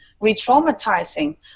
re-traumatizing